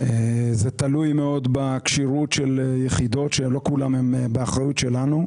וזה תלוי מאוד בכשירות של יחידות שלא כולן באחריות שלנו.